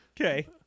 Okay